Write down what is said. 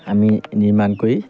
আমি নিৰ্মাণ কৰি